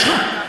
יש לך?